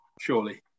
surely